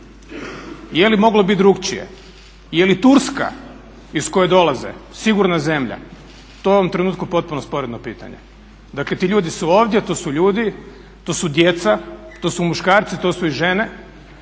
Je li moglo bit drukčije? Je li Turska iz koje dolaze sigurna zemlja? To je u ovom trenutku potpuno sporedno pitanje. Dakle, ti ljudi su ovdje, to su ljudi, to su djeca, to su muškarci, to su i žene